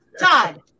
Todd